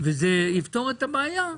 וזה יפתור את הבעיה,